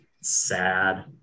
sad